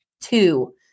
two